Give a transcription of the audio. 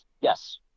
Yes